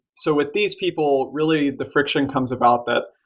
so with these people, really, the friction comes about that,